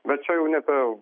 bet čia jau nebe